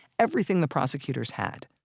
everything the prosecutors had